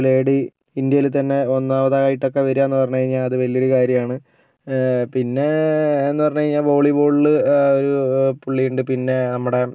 ഒരു ലേഡി ഇന്ത്യയിൽ തന്നെ ഒന്നാമത് ആയിട്ടൊക്കെ വരിക എന്ന് പറഞ്ഞു കഴിഞ്ഞാൽ അതൊരു വലിയൊരു കാര്യമാണ് പിന്നെ എന്ന് പറഞ്ഞു കഴിഞ്ഞാൽ വോളിബോളിൽ ഒരു പുള്ളിയുണ്ട് പിന്നെ നമ്മുടെ